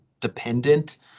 dependent